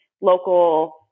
local